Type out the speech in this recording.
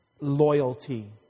loyalty